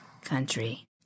country